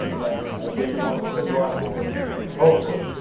i get going on a drawing board hopefully.